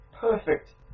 perfect